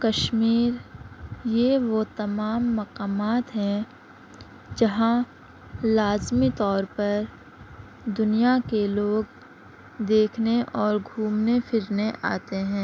کشمیر یہ وہ تمام مقامات ہیں جہاں لازمی طور پر دنیا کے لوگ دیکھنے اور گھومنے پھرنے آتے ہیں